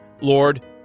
Lord